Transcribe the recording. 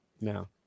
No